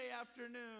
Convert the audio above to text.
afternoon